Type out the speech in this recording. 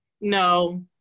no